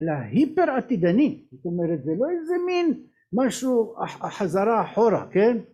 להיפר עתידני זאת אומרת זה לא איזה מין משהו החזרה אחורה, כן?